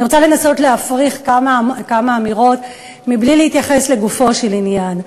אני רוצה לנסות להפריך כמה אמירות מבלי להתייחס לגופו של עניין.